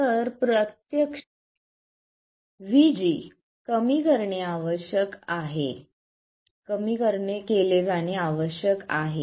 तर VG प्रत्यक्षात कमी केले जाणे आवश्यक आहे